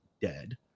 dead